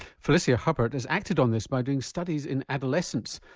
felicia huppert has acted on this by doing studies in adolescents,